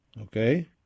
Okay